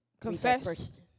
Confess